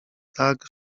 tak